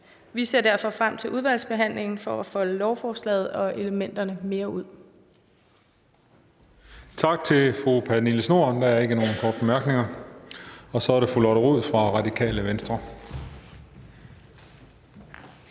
Vi ser derfor frem til udvalgsbehandlingen for at få lovforslaget og dets elementer foldet mere ud.